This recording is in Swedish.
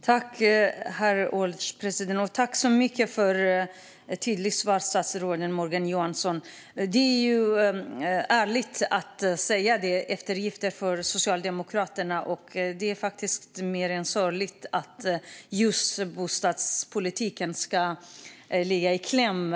Herr ålderspresident! Tack så mycket för ett tydligt svar, statsrådet Morgan Johansson! Det är ju ärligt att säga att det här är en eftergift för Socialdemokraterna. Det är faktiskt mer än sorgligt att just bostadspolitiken kommer i kläm.